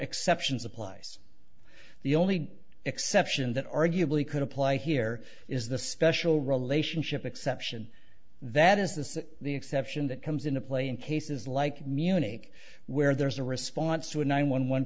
exceptions applies the only exception that arguably could apply here is the special relationship exception that is this the exception that comes into play in cases like munich where there is a response to a nine one one